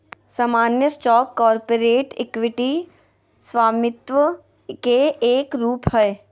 सामान्य stock corporate equity स्वामित्व के एक रूप हय